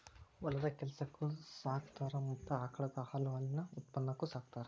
ಹೊಲದ ಕೆಲಸಕ್ಕು ಸಾಕತಾರ ಮತ್ತ ಆಕಳದ ಹಾಲು ಹಾಲಿನ ಉತ್ಪನ್ನಕ್ಕು ಸಾಕತಾರ